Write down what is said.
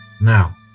Now